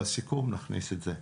בסיכום נכניס את זה.